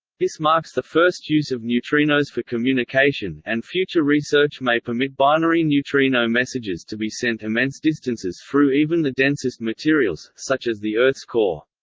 this marks the first use of neutrinos for communication, and future research may permit binary neutrino messages to be sent immense distances through even the densest materials, such as the earth's core.